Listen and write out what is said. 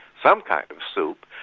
some kind of soup,